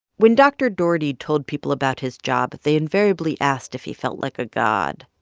when dr. dougherty told people about his job, they invariably asked if he felt like a god.